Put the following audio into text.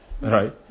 right